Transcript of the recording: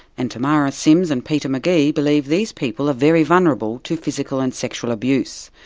and tamara sims and peter mcgee believe these people are very vulnerable to physical and sexual abuse.